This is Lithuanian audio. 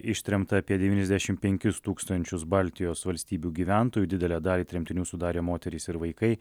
ištremta apie devyniasdešimt penkis tūkstančius baltijos valstybių gyventojų didelę dalį tremtinių sudarė moterys ir vaikai